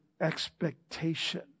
expectation